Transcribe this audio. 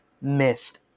missed